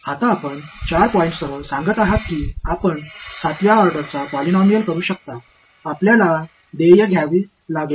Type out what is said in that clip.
இப்போது நீங்கள் 4 புள்ளிகளுடன் 7 வது வரிசை பாலினாமியல் செய்யலாம் என்று சொல்கிறீர்கள்